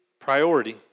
priority